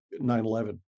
9-11